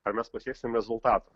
ar mes pasieksim rezultatų